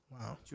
Wow